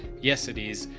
yes, it is.